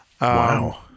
wow